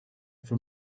for